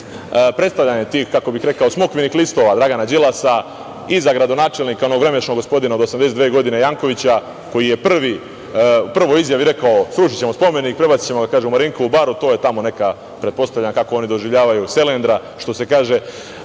predstavljanje tih, kako bih rekao, smokvinih listova Dragana Đilasa i za gradonačelnika onog vremešnog gospodina od 82 godine Jankovića koji je u prvoj izjavi rekao - srušićemo spomenik, prebacićemo ga kaže u Marinkovu baru, to je tamo neka, pretpostavljam, kako oni doživljavaju selendra, što se kaže.